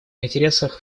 интересах